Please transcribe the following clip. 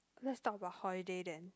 let's talk about holiday then